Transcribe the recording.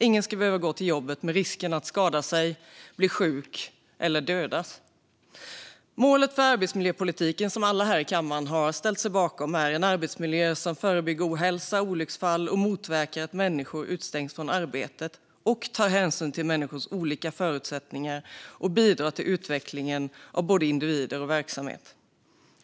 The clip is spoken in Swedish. Ingen ska behöva gå till jobbet med risken att skada sig, bli sjuk eller dödas. Målet för arbetsmiljöpolitiken, som alla här i kammaren har ställt sig bakom, är en arbetsmiljö som förebygger ohälsa och olycksfall, motverkar att människor utestängs från arbetet, tar hänsyn till människors olika förutsättningar och bidrar till utvecklingen av både individer och verksamhet.